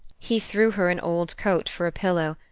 he threw her an old coat for a pillow,